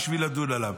בשביל לדון עליו?